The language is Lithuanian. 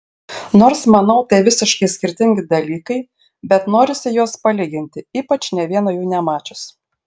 nors manau tai visiškai skirtingi dalykai bet norisi juos palyginti ypač nė vieno jų nemačius